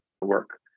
work